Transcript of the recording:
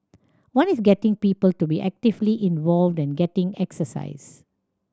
one is getting people to be actively involved and getting exercise